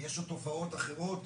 ויש עוד תופעות אחרות